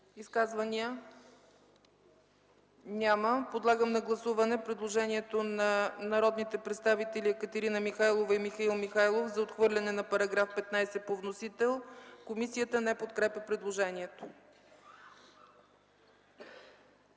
Изказвания? Няма. Подлагам на гласуване предложението на народния представител Екатерина Михайлова и Михаил Михайлов за отхвърляне на § 15 по вносител, комисията не подкрепя предложението.